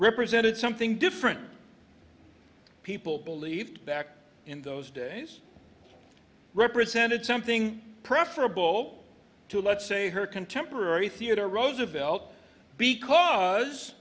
represented something different people believed back in those days represented something preferable to let's say her contemporary theodore roosevelt because